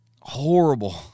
horrible